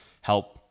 help